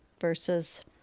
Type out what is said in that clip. versus